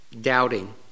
doubting